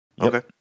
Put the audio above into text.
Okay